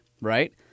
right